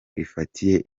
rifatiye